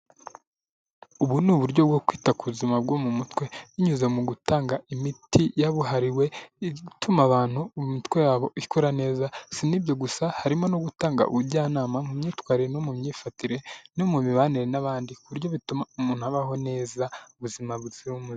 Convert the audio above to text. Ubu ni uburyo bwo kwita ku buzima bwo mu mutwe binyuze mu gutanga imiti yabuhariwe ituma abantu mu mitwe yabo ikora neza si n'ibyo gusa harimo no gutanga ubujyanama mu myitwarire no mu myifatire no mu mibanire n'abandi ku buryo bituma umuntu abaho neza ubuzima buzira umuze.